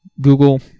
Google